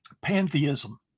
pantheism